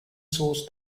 source